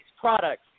products